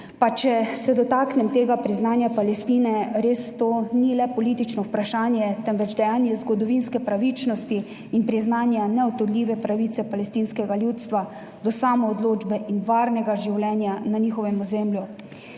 Pa če se dotaknem tega priznanja Palestine – to res ni le politično vprašanje, temveč dejanje zgodovinske pravičnosti in priznanja neodtujljive pravice palestinskega ljudstva do samoodločbe in varnega življenja na njihovem ozemlju.